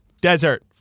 Desert